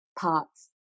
parts